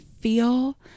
feel